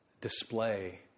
display